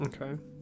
Okay